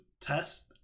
test